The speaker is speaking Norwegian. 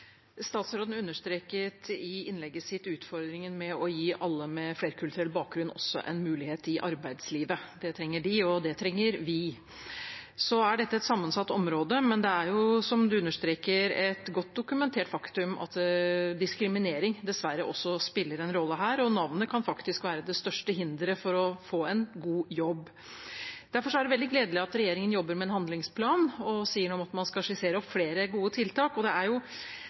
Statsråden understreket i innlegget sitt utfordringen med å gi alle med flerkulturell bakgrunn en mulighet i arbeidslivet. Det trenger de, og det trenger vi. Så er dette et sammensatt område, men det er jo, som statsråden understreker, et godt dokumentert faktum at diskriminering dessverre også spiller en rolle her, og navnet kan faktisk være det største hinderet for å få en god jobb. Derfor er det veldig gledelig at regjeringen jobber med en handlingsplan og sier noe om at man skal skissere opp flere gode tiltak. Det er fristende – og jeg håper det er